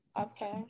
Okay